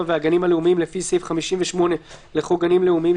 והגנים הלאומיים לפי סעיף 58 לחוק גנים לאומיים,